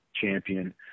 champion